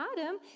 adam